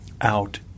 out